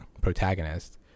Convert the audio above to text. protagonist